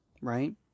right